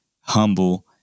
humble